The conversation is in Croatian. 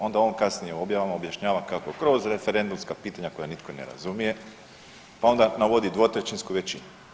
Onda o kasnije u objavama objašnjava kako kroz referendumska pitanja koja nitko ne razumije, pa onda navodi dvotrećinsku većinu.